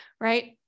right